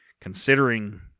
considering